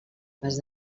pas